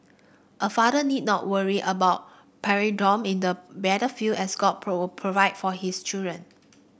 a father need not worry about in the battlefield as God provide for his children